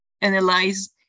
analyze